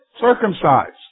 Circumcised